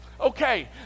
okay